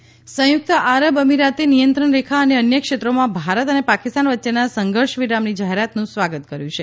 UAE Bharat Pakistan સંયુક્ત આરબ અમીરાતે નિયંત્રણ રેખા અને અન્ય ક્ષેત્રોમાં ભારત અને પાકિસ્તાન વચ્ચેના સંઘર્ષ વિરામની જાહેરાતનું સ્વાગત કર્યું છે